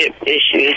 issues